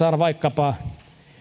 vaikkapa